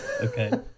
Okay